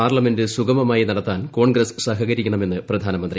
parliament സുഗമമായി നടത്താൻ കോൺഗ്രസ് സഹകരിക്കണമെന്ന് പ്രധാനമന്ത്രി